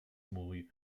mój